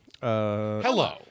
Hello